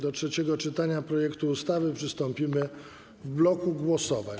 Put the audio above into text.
Do trzeciego czytania projektu ustawy przystąpimy w bloku głosowań.